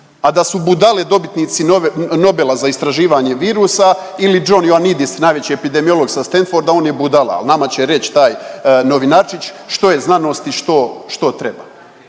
a da su budale dobitnici Nobela za istraživanje virusa ili John Ioannidis, najveći epidemiolog sa Stanforda, on je budala, ali nama će reći taj novinarčić što je znanosti i što treba.